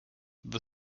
the